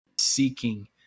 seeking